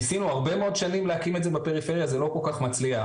ניסינו הרבה מאוד שנים להקים את זה בפריפריה זה לא כל כך מצליח.